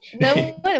no